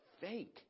fake